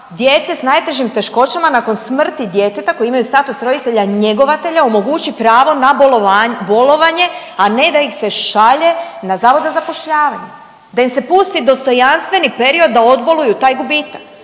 djece s najtežim teškoćama nakon smrti djeteta, koji imaju status roditelja njegovatelja omogući pravo na bolovanje, a ne da ih se šalje na Zavod za zapošljavanje. Da im se pusti dostojanstveni period da odboluju taj gubitak.